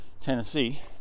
Tennessee